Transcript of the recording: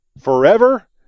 forever